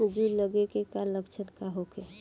जूं लगे के का लक्षण का होखे?